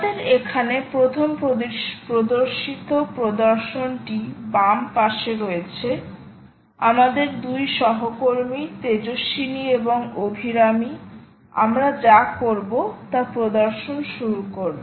আমাদের এখানে প্রথম প্রদর্শিত প্রদর্শনটি বাম পাশে রয়েছে আমাদের দুই সহকর্মী তেজস্বিনী এবং অভিরামী আমরা যা করব তা প্রদর্শন শুরু করবে